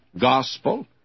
gospel